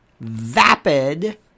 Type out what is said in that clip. vapid